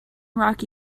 rocky